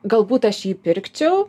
galbūt aš jį pirkčiau